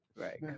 right